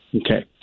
Okay